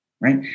right